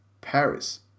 Paris